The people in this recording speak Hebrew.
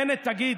בנט, תגיד,